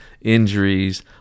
injuries